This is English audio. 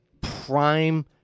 prime